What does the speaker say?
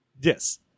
Yes